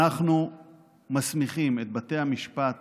אנחנו מסמיכים את בתי המשפט